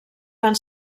van